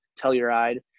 telluride